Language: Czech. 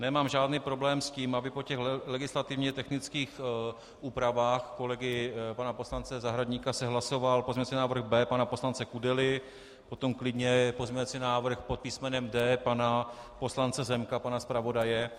Nemám žádný problém s tím, aby po těch legislativně technických úpravách kolegy pana poslance Zahradníka se hlasoval pozměňovací návrh B pana poslance Kudely, potom klidně pozměňovací návrh pod písmenem D pana poslance Zemka, pana zpravodaje.